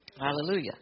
Hallelujah